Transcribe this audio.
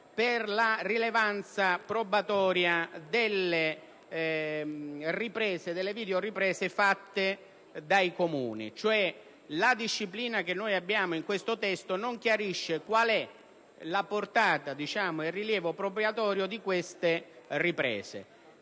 della rilevanza probatoria delle videoriprese fatte dai Comuni. La disciplina che noi abbiamo in questo testo non chiarisce qual è il rilievo probatorio di queste riprese.